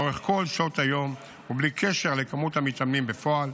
לאורך כל שעות היום ובלי קשר לכמות המתאמנים בפועל,